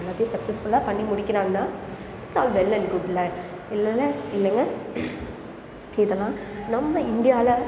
எல்லாத்தையும் சக்ஸஸ்ஃபுல்லாக பண்ணி முடிக்கிறாங்கன்னா it's all well and good இல இல்லைல்ல இல்லைல்ல இதெல்லாம் நம்ம இண்டியாவில்